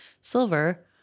silver